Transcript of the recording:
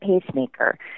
pacemaker